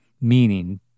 meaning